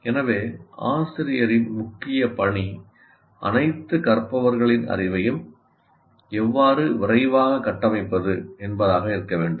எனவே ஆசிரியரின் முக்கிய பணி அனைத்து கற்பவர்களின் அறிவையும் எவ்வாறு விரைவாக கட்டமைப்பது என்பதாக இருக்க வேண்டும்